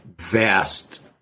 vast